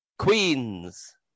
queens